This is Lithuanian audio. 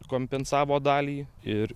kompensavo dalį ir